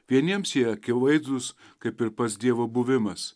vieniems jie akivaizdūs kaip ir pats dievo buvimas